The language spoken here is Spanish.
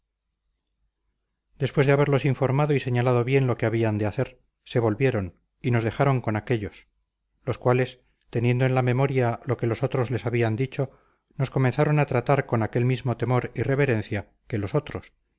después de haberlos informado y señalado bien lo que habían de hacer se volvieron y nos dejaron con aquéllos los cuales teniendo en la memoria lo que los otros les habían dicho nos comenzaron a tratar con aquel mismo temor y reverencia que los otros